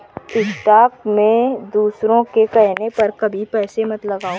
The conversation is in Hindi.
स्टॉक में दूसरों के कहने पर कभी पैसे मत लगाओ